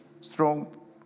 strong